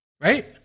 Right